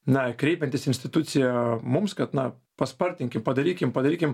na kreipiantis į instituciją mums kad na paspartinkim padarykim padarykim